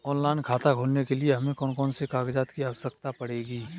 Online खाता खोलने के लिए हमें कौन कौन से कागजात की आवश्यकता पड़ेगी?